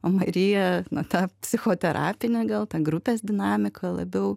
o marija na tą psichoterapinę gal tą grupės dinamiką labiau